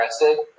aggressive